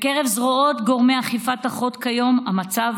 בקרב זרועות גורמי אכיפת החוק כיום המצב